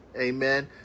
Amen